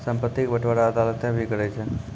संपत्ति के बंटबारा अदालतें भी करै छै